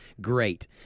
Great